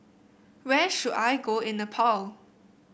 where should I go in Nepal